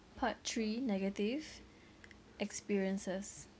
part three negative experiences